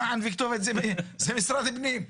מען וכתובת זה משרד הפנים.